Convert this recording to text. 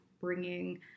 bringing